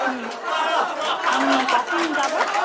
হুম কখন যাব